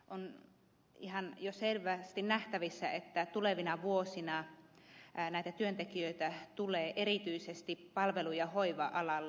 on jo selvästi nähtävissä että tulevina vuosina näitä työntekijöitä tulee erityisesti palvelu ja hoiva alalle